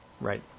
Right